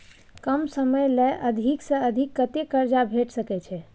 कम समय ले अधिक से अधिक कत्ते कर्जा भेट सकै छै?